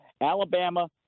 Alabama